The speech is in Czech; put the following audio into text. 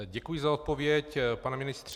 Děkuji za odpověď, pane ministře.